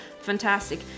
Fantastic